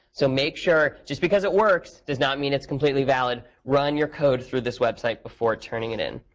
so make sure just because it works does not mean it's completely valid. run your code through this website before turning it in.